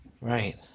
Right